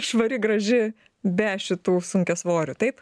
švari graži be šitų sunkiasvorių taip